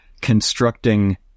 constructing